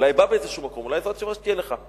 אולי בא באיזה מקום, אולי זאת התשובה שתהיה לך.